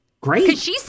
great